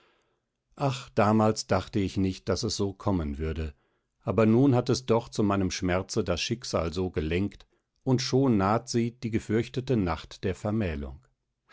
ach damals dachte ich nicht daß es so kommen würde aber nun hat es doch zu meinem schmerze das schicksal so gelenkt und schon naht sie die gefürchtete nacht der vermählung